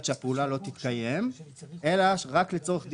שהפעולה לא תתקיים אלא רק לצורך דיווח,